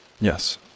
Yes